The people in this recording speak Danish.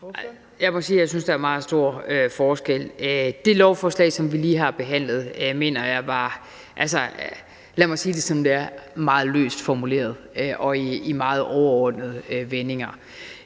jeg synes, der er meget stor forskel. Det lovforslag, som vi lige har behandlet, mener jeg var – lad mig sige det, som det er – meget løst formuleret og i meget overordnede vendinger.